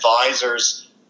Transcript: advisors